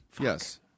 yes